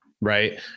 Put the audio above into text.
Right